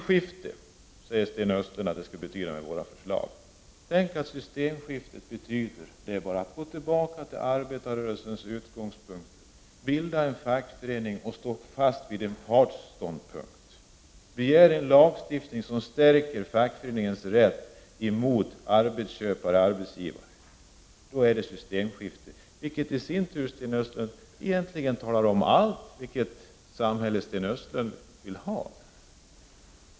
Sten Östlund säger vidare att våra förslag, om de genomförs, innebär ett systemskifte. Det är bara att tänka sig tillbaka till arbetarrörelsens början då fackföreningar bildades för att förstå vad ett systemskifte innebär. Om vi begär en lagstiftning som stärker fackföreningsrörelsens rätt mot arbetsköpare och arbetsgivare, då är det tydligen fråga om ett systemskifte.